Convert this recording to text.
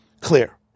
Clear